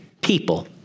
people